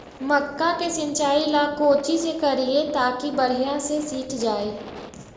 मक्का के सिंचाई ला कोची से करिए ताकी बढ़िया से सींच जाय?